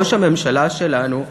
ראש הממשלה שלנו,